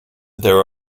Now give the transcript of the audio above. there